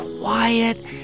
quiet